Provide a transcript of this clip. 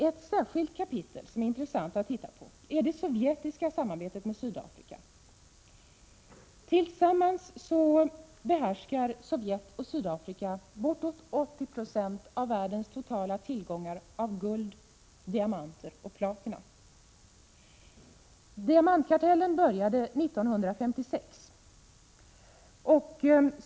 Ett särskilt intressant kapitel är det sovjetiska samarbetet med Sydafrika. Tillsammans behärskar Sovjet och Sydafrika bortåt 80 90 av världens totala tillgångar av guld, diamanter och platina. Diamantkartellen bildades 1956.